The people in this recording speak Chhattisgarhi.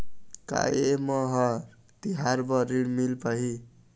का ये म हर तिहार बर ऋण मिल पाही?